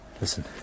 Listen